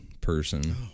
person